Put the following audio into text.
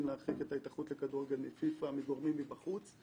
להרחיק את ההתאחדות לכדורגל מפיפ"א מגורמים בחוץ,